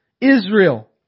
Israel